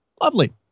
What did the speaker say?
Lovely